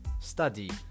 Study